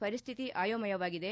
ಪರಿಸ್ತಿತಿ ಆಯೋಮಯವಾಗಿದೆ